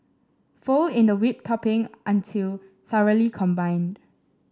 fold in the whipped topping until thoroughly combined